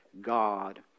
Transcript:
God